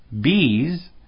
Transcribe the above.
Bees